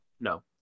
no